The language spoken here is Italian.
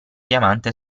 diamante